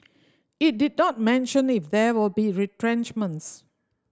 it did not mention if there will be retrenchments